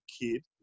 kid